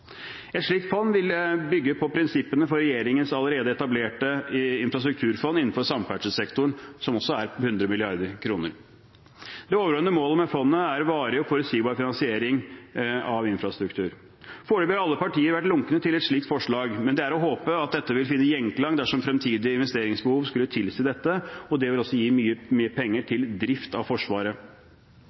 Et slikt fond ville bygge på prinsippene for regjeringens allerede etablerte infrastrukturfond innenfor samferdselssektoren, som også er på 100 mrd. kr. Det overordnede målet med fondet er varig og forutsigbar finansiering av infrastruktur. Foreløpig har alle partier vært lunkne til et slikt forslag, men det er å håpe at dette vil finne gjenklang dersom fremtidige investeringsbehov skulle tilsi dette. Det vil også gi mye penger til drift av Forsvaret.